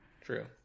True